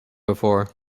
before